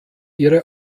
ihre